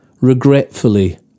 regretfully